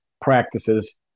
practices